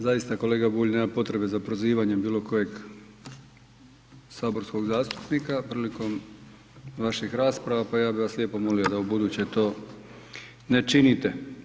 Zaista kolega Bulj nema potrebe za prozivanjem bilo kojeg saborskog zastupnika prilikom vaših rasprava pa ja bih vas lijepo molio da ubuduće to ne činite.